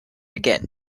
again